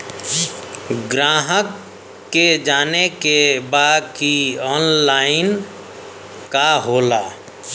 ग्राहक के जाने के बा की ऑनलाइन का होला?